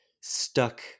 stuck